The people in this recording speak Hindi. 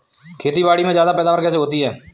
खेतीबाड़ी में ज्यादा पैदावार कैसे होती है?